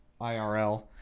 IRL